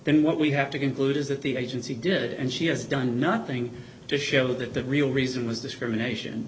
and what we have to conclude is that the agency did and she has done nothing to show that the real reason was discrimination